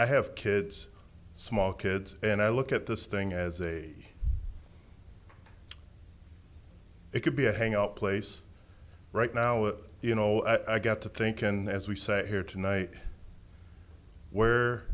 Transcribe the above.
i have kids small kids and i look at this thing as a it could be a hangout place right now you know i got to think and as we say here tonight where